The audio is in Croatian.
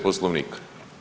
Poslovnika.